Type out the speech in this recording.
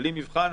בלי מבחן.